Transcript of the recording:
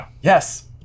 yes